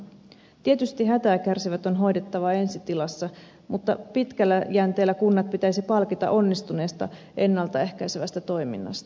tietysti hätää kärsivät on hoidettava ensi tilassa mutta pitkällä jänteellä kunnat pitäisi palkita onnistuneesta ennalta ehkäisevästä toiminnasta